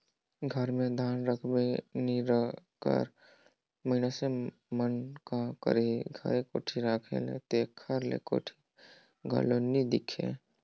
घर मे धान रहबे नी करे ता मइनसे मन का करही घरे कोठी राएख के, तेकर ले कोठी घलो नी दिखे